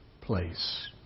place